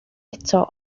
eto